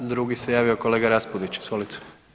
Drugi se javio kolega Raspudić, izvolite.